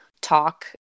Talk